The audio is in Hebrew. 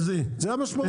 זה המשמעות.